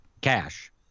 cash